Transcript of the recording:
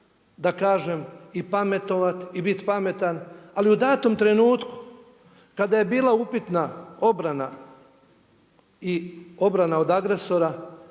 da kažem i pametovati i biti pametan, ali u datom trenutku, kada je bila upitna obrana i obrana od agresora,